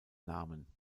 namen